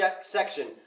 section